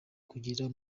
kugirira